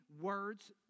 words